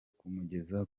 kumugeza